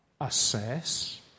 assess